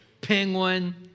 Penguin